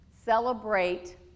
Celebrate